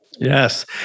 Yes